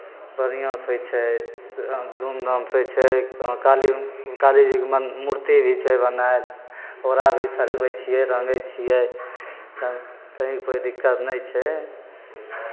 बढ़ियाँसँ होइ छै धूमधामसँ होइ छै वहाँ काली कालीजीके मन मूर्ति भी छै बनायल ओकरा भी सजबै छियै रङ्गै छियै तऽ कहीँ कोइ दिक्कत नहि छै